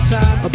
time